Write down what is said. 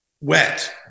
wet